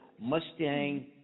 Mustang